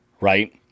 right